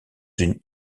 une